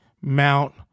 Mount